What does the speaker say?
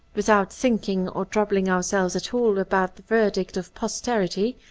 without thinking or troubling ourselves at all about the verdict of pos terity,